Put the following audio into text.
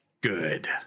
good